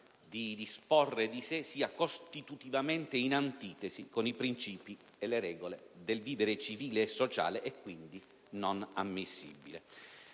di disporre di sé sia costitutivamente in antitesi con i princìpi e le regole del vivere civile e sociale e quindi non ammissibile.